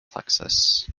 plexus